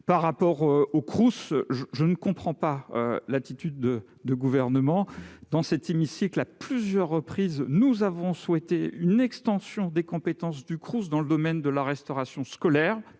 par rapport au Cross, je ne comprends pas l'attitude du gouvernement dans cet hémicycle à plusieurs reprises, nous avons souhaité une extension des compétences du cross dans le domaine de la restauration scolaire,